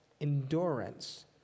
endurance